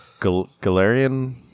Galarian